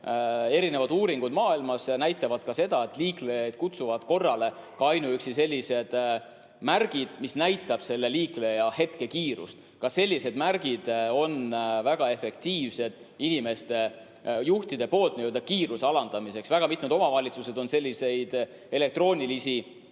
Erinevad uuringud maailmas näitavad ka seda, et liiklejaid kutsuvad korrale isegi ainuüksi sellised märgid, mis näitavad selle liikleja hetkekiirust. Ka sellised märgid on väga efektiivsed juhtide kiiruse alandamiseks. Väga mitmed omavalitsused on välja pannud selliseid elektroonilisi märke,